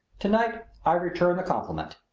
tonight i return the compliment.